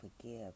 forgive